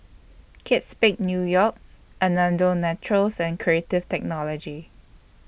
Kate Spade New York Naturals and Creative Technology